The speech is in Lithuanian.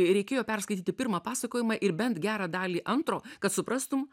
reikėjo perskaityti pirmą pasakojimą ir bent gerą dalį antro kad suprastum